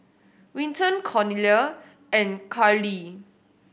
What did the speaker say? Winton Cornelia and Carli